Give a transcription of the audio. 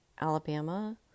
Alabama